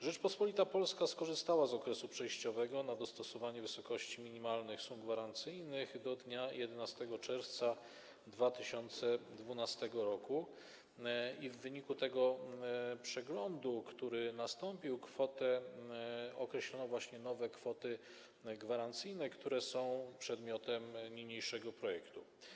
Rzeczpospolita Polska skorzystała z okresu przejściowego na dostosowanie wysokości minimalnych sum gwarancyjnych trwającego do dnia 11 czerwca 2012 r. i w wyniku przeglądu, który nastąpił, określono nowe kwoty gwarancyjne, które są przedmiotem niniejszego projektu.